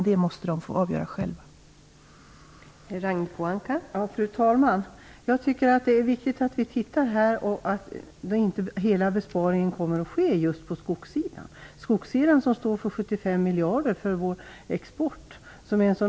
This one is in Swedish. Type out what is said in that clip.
Det måste man få avgöra själv på SLU.